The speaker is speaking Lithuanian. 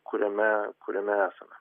kuriame kuriame esame